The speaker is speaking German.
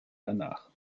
danach